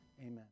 amen